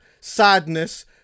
sadness